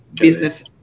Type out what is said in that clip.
business